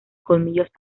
colmillos